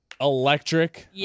Electric